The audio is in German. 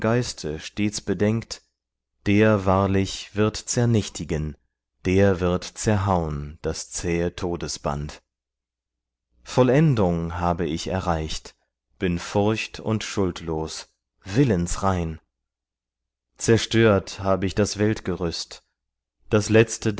stets bedenkt der wahrlich wird zernichtigen der wird zerhaun das zähe todesband vollendung habe ich erreicht bin furcht und schuld los willensrein zerstört hab ich das weltgerüst das letzte